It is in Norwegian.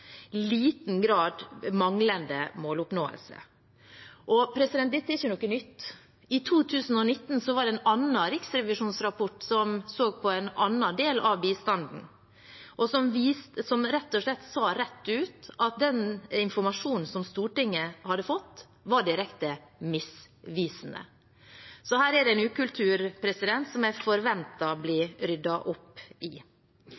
liten grad manglende måloppnåelse. Dette er ikke noe nytt. I 2019 var det en annen riksrevisjonsrapport som så på en annen del av bistanden, og som sa rett ut at den informasjonen som Stortinget hadde fått, var direkte misvisende. Her er det en ukultur som jeg forventer blir ryddet opp i.